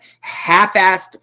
half-assed